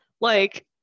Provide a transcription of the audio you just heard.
like-